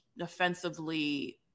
offensively